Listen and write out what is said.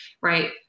right